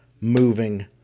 moving